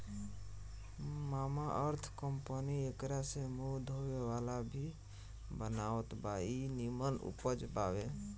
Mamaearth company एकरा से मुंह धोए वाला भी बनावत बा इ निमन उपज बावे